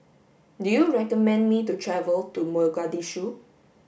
do you recommend me to travel to Mogadishu